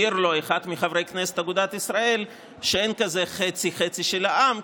העיר לו אחד מחברי הכנסת מאגודת ישראל שאין כזה חצי-חצי של העם,